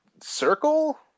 Circle